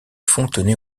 fontenay